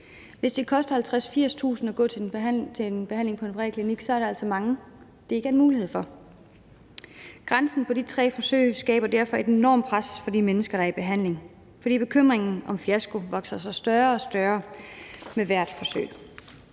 Hvis det koster 50.000-80.000 kr. at gå til en behandling på en privatklinik, er der altså mange, det ikke er en mulighed for. Grænsen på de tre forsøg skaber derfor et enormt pres på de mennesker, der er i behandling, fordi bekymringen om fiasko vokser sig større og større med hvert forsøg.